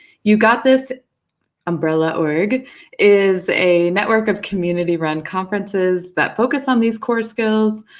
you got this umbrella org is a network of community-run conferences that focus on these core stills,